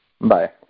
Bye